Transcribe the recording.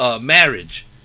marriage